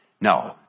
No